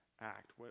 act